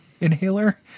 inhaler